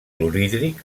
clorhídric